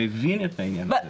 מבינים את העניין הזה.